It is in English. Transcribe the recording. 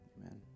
Amen